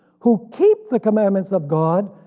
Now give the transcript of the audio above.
who keep the commandments of god,